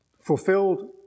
Fulfilled